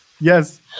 yes